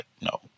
no